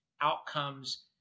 outcomes